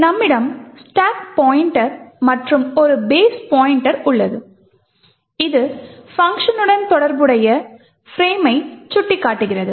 நம்மிடம் stack pointer மற்றும் ஒரு பேஸ் பாய்ண்ட்டர் உள்ளது இது main பங்க்ஷனுடன் தொடர்புடைய பிரேம்மை சுட்டிக்காட்டுகிறது